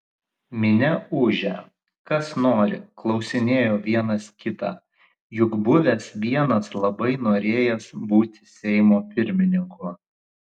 minia ūžė kas nori klausinėjo vienas kitą juk buvęs vienas labai norėjęs būti seimo pirmininku